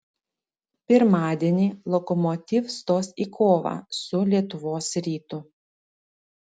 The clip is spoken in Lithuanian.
pirmadienį lokomotiv stos į kovą su lietuvos rytu